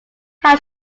how